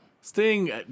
Sting